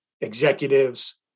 executives